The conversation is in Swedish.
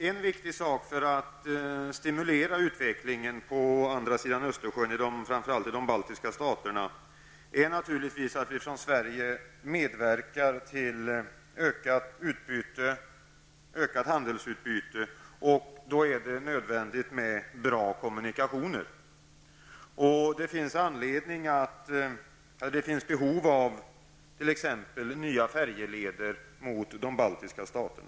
En viktig sak för att stimulera utvecklingen på andra sidan östersjön, framför allt i de baltiska staterna, är naturligtvis svensk medverkan till en ökning av handelsutbytet. Då är det också nödvändigt med bra kommunikationer. Det behövs t.ex. nya färjeleder till de baltiska staterna.